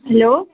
hello